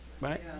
right